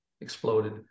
exploded